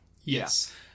Yes